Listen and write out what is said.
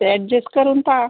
ते ॲडजस्ट करून पहा